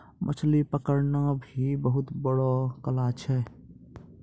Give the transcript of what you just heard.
मछली पकड़ना भी बहुत बड़ो कला छै